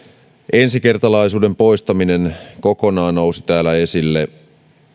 ensikertalaisuuden poistaminen kokonaan nousi täällä esille